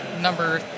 number